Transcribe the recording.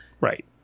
right